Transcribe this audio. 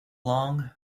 long